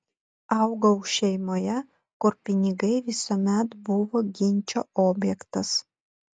augau šeimoje kur pinigai visuomet buvo ginčo objektas